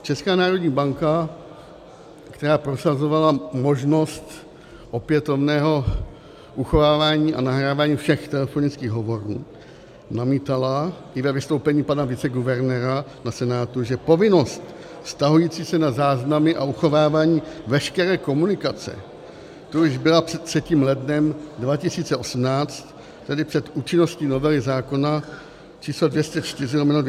Česká národní banka, která prosazovala možnost opětovného uchovávání a nahrávání všech telefonických hovorů, namítala i ve vystoupení pana viceguvernéra na Senátu, že povinnost vztahující se na záznamy a uchovávání veškeré komunikace tu již byla před 3. lednem 2018, tedy před účinností novely zákona číslo 204/2017 Sb.